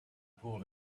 pulled